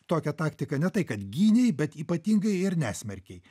tokią taktiką ne tai kad gynei bet ypatingai ir nesmerkei